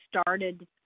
started